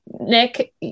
Nick